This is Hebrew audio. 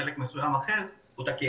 חלק מסוים אחר הוא תקין.